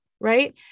Right